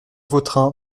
vautrin